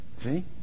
See